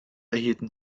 erhielten